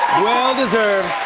well deserved.